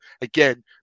again